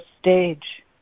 stage